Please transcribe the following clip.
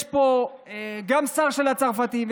יש פה גם שר של הצרפתים,